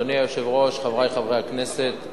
אדוני היושב-ראש, חברי חברי הכנסת,